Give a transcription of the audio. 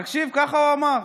תקשיב, ככה הוא אמר.